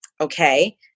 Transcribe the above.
okay